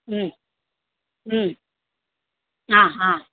हा हा